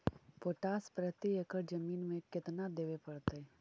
Potash प्रति एकड़ जमीन में केतना देबे पड़तै?